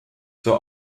zur